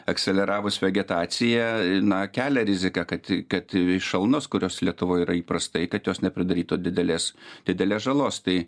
ekseleravus vegetaciją na kelia riziką kad kad šalnos kurios lietuvoj yra įprastai kad jos nepridarytų didelės didelės žalos tai